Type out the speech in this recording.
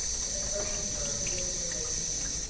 in the persian story he appears as yima,